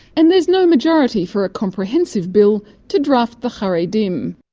and there's no majority for a comprehensive bill to draft the haredim.